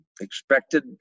expected